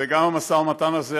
וגם המשא ומתן הזה,